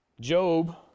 Job